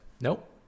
Nope